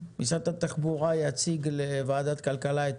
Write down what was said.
משרד התחבורה יציג לוועדת הכלכלה את